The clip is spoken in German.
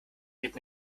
geht